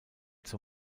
zur